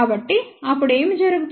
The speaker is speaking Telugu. కాబట్టి అప్పుడు ఏమి జరుగుతుంది